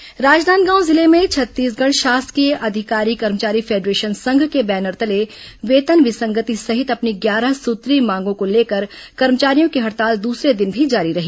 हुड़ताल राजनांदगांव जिले में छत्तीसगढ़ शासकीय अधिकारी कर्मचारी फेडरेशन संघ के बैनर तले वेतन विसंगति सहित अपनी ग्यारह सूत्रीय मांगों को लेकर कर्मचारियों की हड़ताल दूसरे दिन भी जारी रही